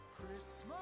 Christmas